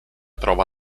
trova